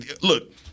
Look